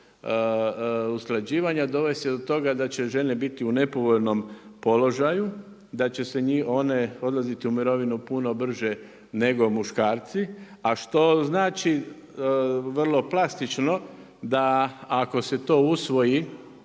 usklađivanja dovest će do toga da će žene biti u nepovoljnom položaju, da će one odlaziti u mirovinu puno brže nego muškarci, a što znači vrlo plastično da ako se to usvoji,